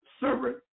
servant